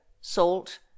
salt